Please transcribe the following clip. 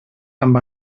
amb